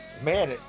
man